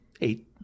eight